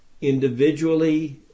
individually